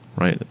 right?